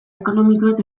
ekonomikoek